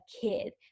kid